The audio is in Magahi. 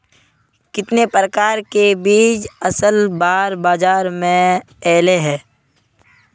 कितने प्रकार के बीज असल बार बाजार में ऐले है?